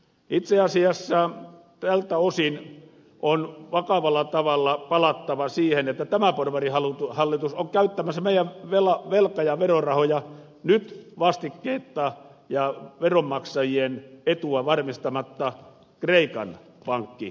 itse asiassa tältä osin on vakavalla tavalla palattava siihen että tämä porvarihallitus on käyttämässä meidän velka ja verorahoja nyt vastikkeetta ja veronmaksajien etua varmistamatta kreikan pankkikriisiin